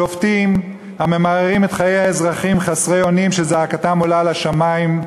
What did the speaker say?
שופטים הממררים את חיי האזרחים חסרי האונים שזעקתם עולה לשמים,